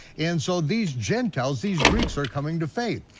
and so these gentiles, these greeks are coming to faith.